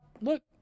look